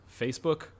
Facebook